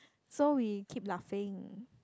so we keep laughing